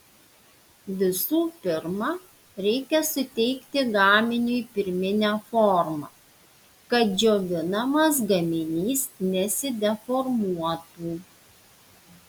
visų pirma reikia suteikti gaminiui pirminę formą kad džiovinamas gaminys nesideformuotų